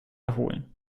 erholen